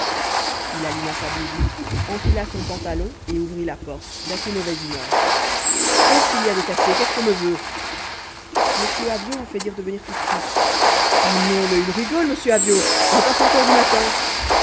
il alluma sa bougie enfila son pantalon et ouvrit la porte d'assez mauvaise humeur qu'est-ce qu'il y a de cassé qu'est-ce qu'on me veut m avyot vous fait dire de venir tout de suite ah non mais il rigole m avyot il n'est pas cinq heures du matin